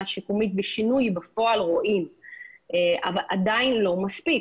שיקומית ורואים את זה בשינוי בפועל אבל עדיין זה לא מספיק.